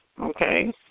Okay